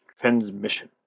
transmission